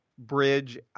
Bridge